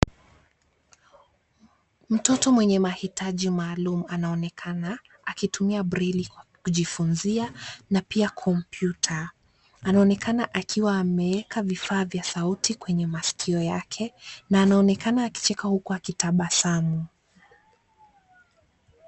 Mtoto mwenye mahitaji maalum anaonekana akitumia braille kujifunzia na pia kompyuta. Anaonekana akiwa ameweka vifaa vya sauti kwenye masikio yake na anaonekana akicheka huku akitabasamu.